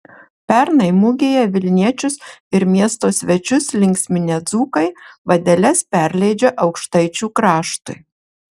pernai mugėje vilniečius ir miesto svečius linksminę dzūkai vadeles perleidžia aukštaičių kraštui